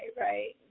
right